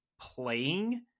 playing